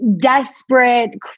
desperate